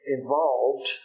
Involved